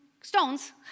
Stones